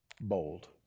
Bold